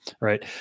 right